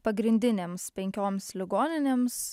pagrindinėms penkioms ligoninėms